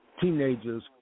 teenagers